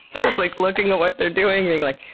just like looking at what they're doing and being like,